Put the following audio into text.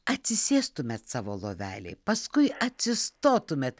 atsisėstumėt savo lovelėj paskui atsistotumėt